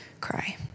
cry